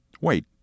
Wait